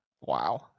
Wow